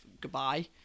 goodbye